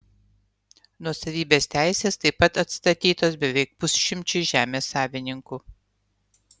nuosavybės teisės taip pat atstatytos beveik pusšimčiui žemės savininkų